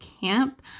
camp